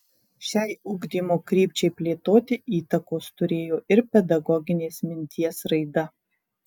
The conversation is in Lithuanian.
šiai ugdymo krypčiai plėtoti įtakos turėjo ir pedagoginės minties raida